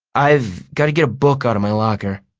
i've got to get a book out of my locker,